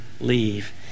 leave